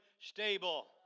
stable